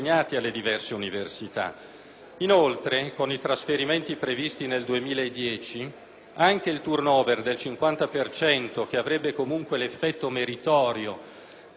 Inoltre, con i trasferimenti previsti nel 2010, anche il *turnover* del 50 per cento, che avrebbe comunque l'effetto meritorio di agevolare l'accesso